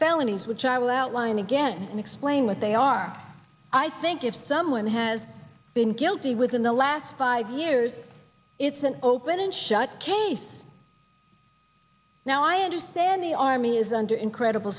felonies which i will outline again and explain what they are i think if someone has been guilty within the last five years it's an open and shut case now i understand the army is under incredible